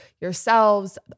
yourselves